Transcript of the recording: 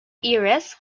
heiress